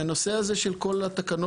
הנושא הזה של כל התקנות,